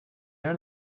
air